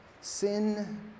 sin